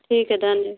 ठीक है धन्य